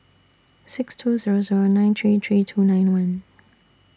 six two Zero Zero nine three three two nine one